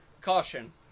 Caution